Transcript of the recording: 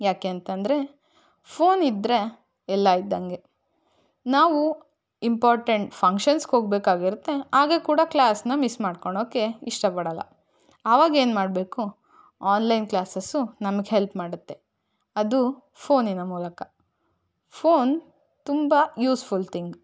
ಯಾಕೆಂತಂದರೆ ಫೋನ್ ಇದ್ದರೆ ಎಲ್ಲ ಇದ್ದಂಗೆ ನಾವು ಇಂಪಾರ್ಟೆಂಟ್ ಫಂಕ್ಷನ್ಸ್ಗೆ ಹೋಗಬೇಕಾಗಿರುತ್ತೆ ಆಗ ಕೂಡ ಕ್ಲಾಸನ್ನ ಮಿಸ್ ಮಾಡ್ಕೊಣೋಕ್ಕೆ ಇಷ್ಟಪಡಲ್ಲ ಆವಾಗೇನು ಮಾಡಬೇಕು ಆನ್ಲೈನ್ ಕ್ಲಾಸಸ್ಸು ನಮಗೆ ಹೆಲ್ಪ್ ಮಾಡುತ್ತೆ ಅದು ಫೋನಿನ ಮೂಲಕ ಫೋನ್ ತುಂಬ ಯೂಸ್ಫುಲ್ ಥಿಂಗ್